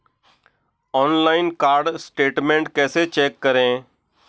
Online card statement कैसे check करें?